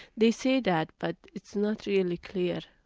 they say that, but it's not really clear